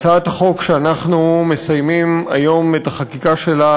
הצעת החוק שאנחנו מסיימים היום את החקיקה שלה